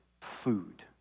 food